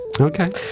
Okay